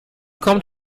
kommt